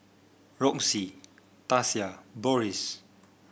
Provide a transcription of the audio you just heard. Roxie Tasia Boris